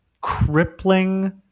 crippling